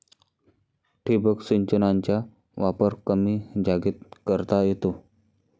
ठिबक सिंचनाचा वापर कमी जागेत करता येतो